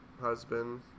husband